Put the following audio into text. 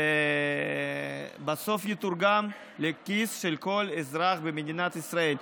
זה בסוף יתורגם לכיס של כל אזרח במדינת ישראל.